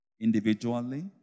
Individually